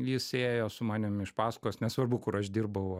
jis ėjo su manim iš pasakos nesvarbu kur aš dirbau